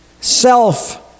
Self